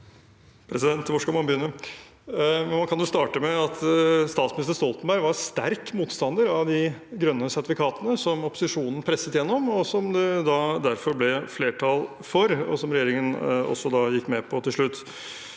Man kan jo starte med at statsminister Stoltenberg var sterk motstander av de grønne sertifikatene som opposisjonen presset gjennom, som det da ble flertall for, og som regjeringen også gikk med på til slutt.